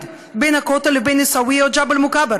בין הכותל לבין עיסאוויה או ג'בל מוכבר,